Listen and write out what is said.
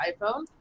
iPhone